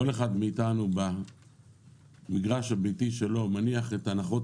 כל אחד מאיתנו במגרש הביתי שלו מניח את הנחות